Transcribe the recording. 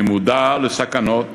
אני מודע לסכנות